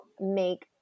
make